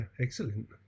excellent